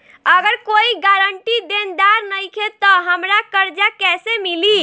अगर कोई गारंटी देनदार नईखे त हमरा कर्जा कैसे मिली?